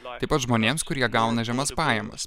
taip pat žmonėms kurie gauna žemas pajamas